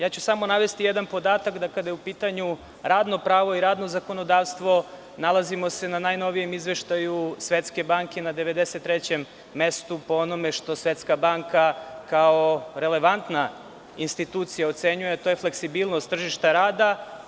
Navešću samo jedan podatak da kada je u pitanju radno pravo i radno zakonodavstvo nalazimo se na najnovijem izveštaju Svetske banke na 93 mestu po onome što Svetska banka kao relevantna institucija ocenjuje, a to je fleksibilnost tržišta rada.